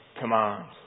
commands